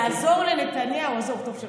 בלון הניסוי הזה יעזור לנתניהו, מה פספסתי?